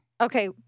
Okay